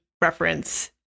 reference